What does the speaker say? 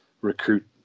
recruit